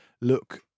look